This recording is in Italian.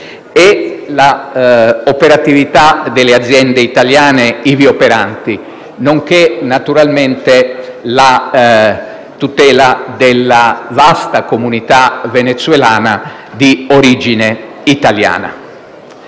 e l'operatività delle aziende italiane operanti, nonché la tutela della vasta comunità venezuelana di origine italiana.